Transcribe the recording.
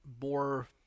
more